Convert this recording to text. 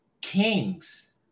kings